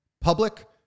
public